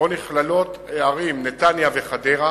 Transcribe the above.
שבו נכללות הערים נתניה וחדרה.